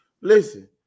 Listen